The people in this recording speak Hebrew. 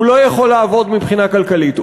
אינו יכול לעבוד מבחינה כלכלית.